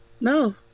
no